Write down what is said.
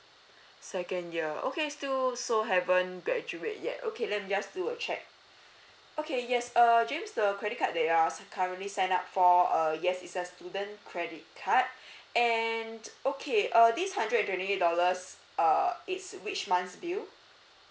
second year okay still so haven't graduate yet okay let me just do a check okay yes err do you use the credit card that you're currently sign up for uh yes it's a student credit card and okay uh this hundred and twenty eight dollars uh it's which month's bill